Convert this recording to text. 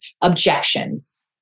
objections